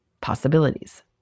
possibilities